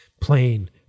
Plain